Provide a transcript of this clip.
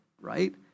right